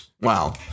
Wow